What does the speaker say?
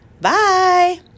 Bye